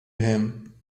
him